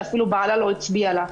שאפילו בעלה לא הצביע לה.